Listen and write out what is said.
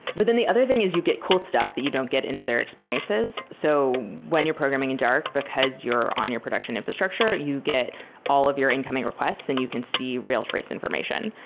but then the other thing is you get cool stuff that you don't get in other experiences. so when you're programming in dark, because you're on your production infrastructure, you get all of your incoming requests and you can see real trace information.